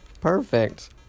Perfect